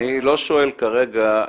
אני לא שואל כרגע,